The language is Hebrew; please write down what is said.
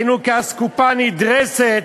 היינו כאסקופה נדרסת